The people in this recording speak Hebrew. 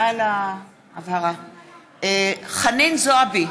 חנין זועבי,